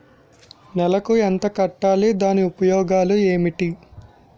నెలకు ఎంత కట్టాలి? దాని ఉపయోగాలు ఏమిటి?